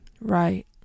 right